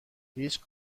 هیچ